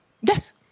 Yes